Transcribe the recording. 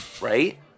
right